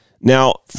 now